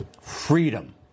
Freedom